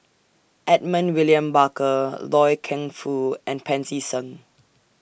Edmund William Barker Loy Keng Foo and Pancy Seng